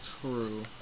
true